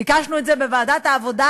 ביקשנו את זה בוועדת העבודה,